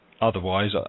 otherwise